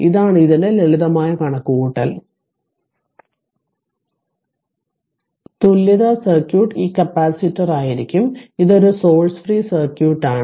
ഇതാണ് ഇതിന്റെ ലളിതമായ കണക്കുക്കൂട്ടൽ തുല്യതാ സർക്യൂട്ട് ഈ കപ്പാസിറ്ററായിരിക്കും ഇത് ഒരു സോഴ്സ് ഫ്രീ സർക്യൂട്ടാണ്